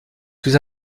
plus